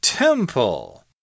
Temple